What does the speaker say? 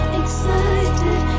excited